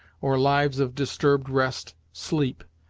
or lives of disturbed rest, sleep,